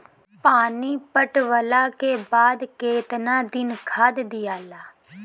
पानी पटवला के बाद केतना दिन खाद दियाला?